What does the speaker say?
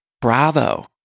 Bravo